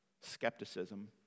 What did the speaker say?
Skepticism